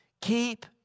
Keep